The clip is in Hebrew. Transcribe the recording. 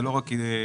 זה לא רק איתכם,